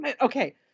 Okay